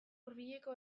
hurbileko